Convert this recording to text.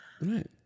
Right